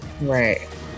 Right